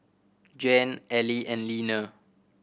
Jan Ally and Leaner